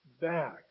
back